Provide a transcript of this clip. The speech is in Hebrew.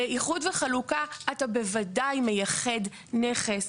באיחוד וחלוקה, אתה בוודאי מייחד נכס